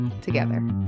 together